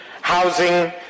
housing